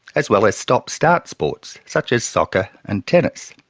as well as stop start sports such as soccer and tennis.